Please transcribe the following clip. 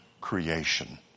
creation